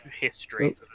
history